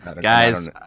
guys